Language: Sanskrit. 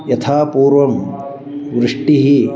यथा पूर्वं वृष्टिः